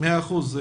מאה אחוז.